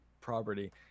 property